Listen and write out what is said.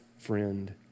friend